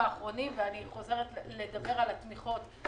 אני חוזרת לדבר על התמיכות,